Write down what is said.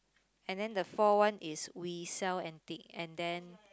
and then the fourth one is we sell antique and then